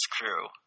crew